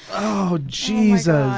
oh jesus.